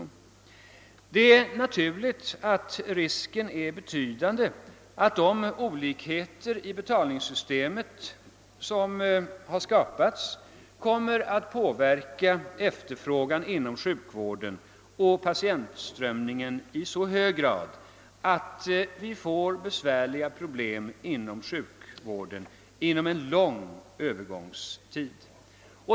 Risken är naturligtvis då betydande att de olikheter i betalningssystemet som har skapats kommer att påverka efterfrågan inom sjukvården och patienttillströmningen i så hög grad att vi får besvärande problem under en lång övergångstid.